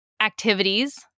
activities